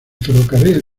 ferrocarril